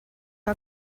que